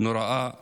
נוראה לגורלם.